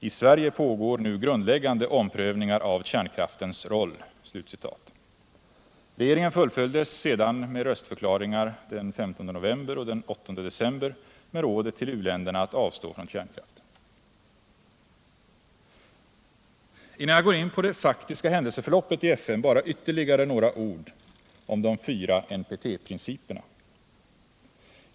I Sverige pågår nu grundläggande omprövningar av kärnkraftens roll.” Regeringen fullföljde sedan med röstförklaringar den 15 november och den 8 december rådet till u-länderna att avstå från kärnkraften. Innan jag går in på det faktiska händelseförloppet i FN bara ytterligare några ord om de fyra NPT-principerna.